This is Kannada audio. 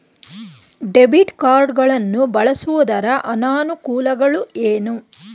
ಡೆಬಿಟ್ ಕಾರ್ಡ್ ಗಳನ್ನು ಬಳಸುವುದರ ಅನಾನುಕೂಲಗಳು ಏನು?